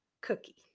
Cookie